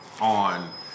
on